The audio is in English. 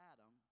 Adam